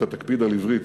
אתה תקפיד על עברית,